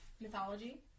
mythology